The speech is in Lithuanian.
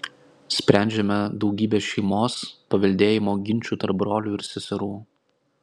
sprendžiame daugybę šeimos paveldėjimo ginčų tarp brolių ir seserų